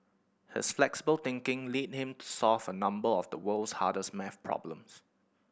his flexible thinking lead him to solve a number of the world's hardest maths problems